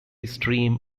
stream